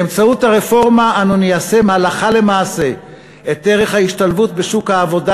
באמצעות הרפורמה אנו ניישם הלכה למעשה את ערך ההשתלבות בשוק העבודה